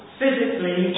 physically